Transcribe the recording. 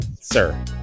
sir